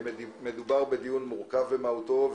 מדובר בדיון מורכב במהותו,